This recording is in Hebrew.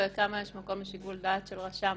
וכמה יש מקום לשיקול דעת של רשם.